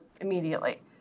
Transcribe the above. immediately